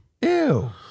Ew